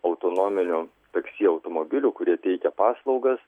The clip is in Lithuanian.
autonominių taksi automobilių kurie teikia paslaugas